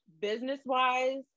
Business-wise